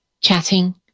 chatting